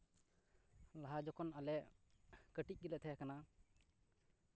ᱞᱟᱦᱟ ᱡᱚᱠᱷᱚᱱ ᱟᱞᱮ ᱠᱟᱹᱴᱤᱡ ᱜᱮᱞᱮ ᱛᱟᱦᱮᱸ ᱠᱟᱱᱟ